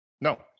No